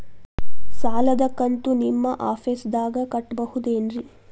ಸಾಲದ ಕಂತು ನಿಮ್ಮ ಆಫೇಸ್ದಾಗ ಕಟ್ಟಬಹುದೇನ್ರಿ?